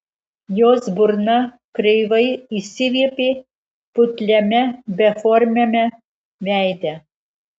jos burna kreivai išsiviepė putliame beformiame veide